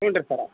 ಹ್ಞೂ ರೀ ಸರ್